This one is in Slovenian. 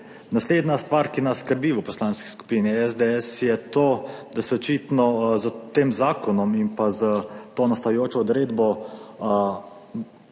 Naslednja stvar, ki nas skrbi v Poslanski skupini SDS je to, da se očitno s tem zakonom in pa s to nastajajočo odredbo